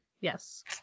yes